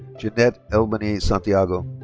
jeannette elbony santiago.